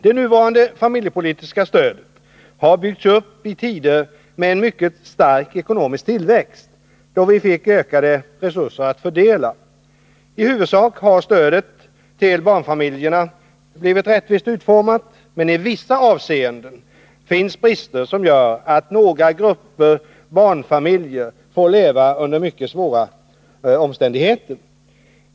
Det nuvarande familjepolitiska stödet har byggts upp i tider med en mycket stark ekonomisk tillväxt, då vi fick ökande resurser att fördela. I huvudsak har stödet till barnfamiljerna blivit rättvist utformat, men i vissa avseenden finns brister som gör att några grupper barnfamiljer får leva under mycket svåra omständigheter.